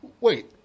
Wait